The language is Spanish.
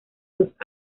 dos